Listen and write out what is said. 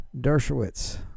Dershowitz